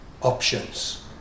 options